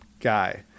guy